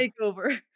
takeover